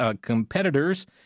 competitors